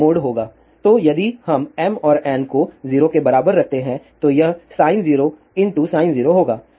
तो यदि हम m और n को 0 के बराबर रखते हैं तो यह sin 0 sin 0 होगा